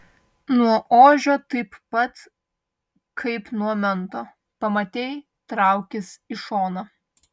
nuo ožio taip pat kaip nuo mento pamatei traukis į šoną